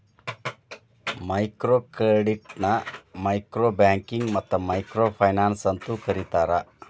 micro ಕ್ರೆಡಿಟ್ನ micro banking ಮತ್ತ micro finance ಅಂತೂ ಕರಿತಾರ